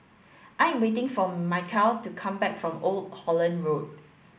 I am waiting for Michial to come back from Old Holland Road